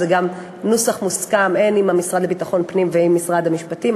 זה גם נוסח מוסכם עם המשרד לביטחון פנים ועם משרד המשפטים.